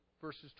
verses